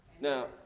Now